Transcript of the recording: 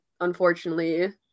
Unfortunately